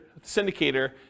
syndicator